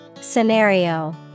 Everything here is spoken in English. Scenario